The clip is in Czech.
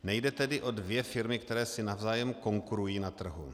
Nejde tedy o dvě firmy, které si navzájem konkurují na trhu.